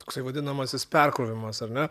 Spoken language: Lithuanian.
toksai vadinamasis perkrovimas ar ne